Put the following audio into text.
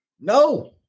No